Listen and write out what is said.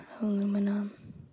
aluminum